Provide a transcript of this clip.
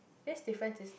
these differences